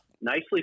nicely